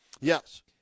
Yes